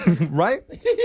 Right